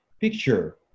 picture